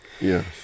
Yes